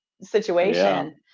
situation